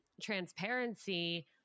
transparency